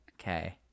Okay